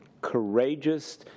courageous